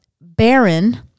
baron